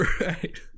Right